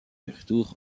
retour